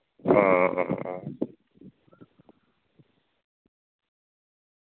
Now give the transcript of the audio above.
ᱚ